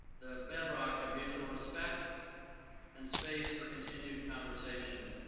the bedrock of mutual respect and space for continued conversation.